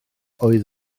oedd